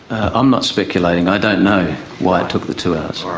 um not speculating, i don't know why it took the two hours. ah